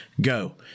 Go